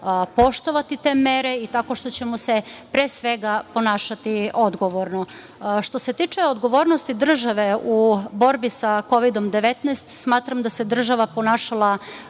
poštovati te mere i tako što ćemo se, pre svega, ponašati odgovorno. Što se tiče odgovornosti države u borbi sa Kovidom 19, smatram da se država ponašala